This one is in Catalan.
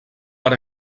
per